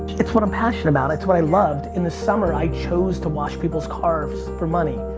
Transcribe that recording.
it's what i'm passionate about, it's what i loved. in the summer i chose to wash people's cars for money.